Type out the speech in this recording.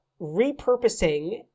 repurposing